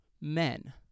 men